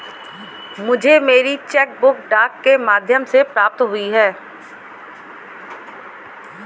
मुझे मेरी cheque book डाक के माध्यम से प्राप्त हुई है